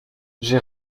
j’ai